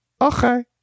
Okay